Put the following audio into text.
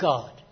God